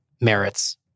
merits